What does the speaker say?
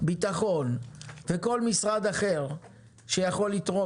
ביטחון וכל משרד אחר שיכול לתרום.